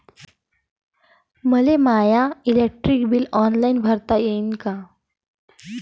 मले my electric bill online भरता येईन का?